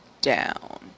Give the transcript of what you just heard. down